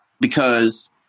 because-